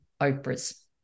Oprahs